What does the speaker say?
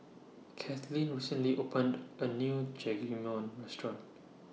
Cathleen recently opened A New Restaurant